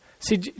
See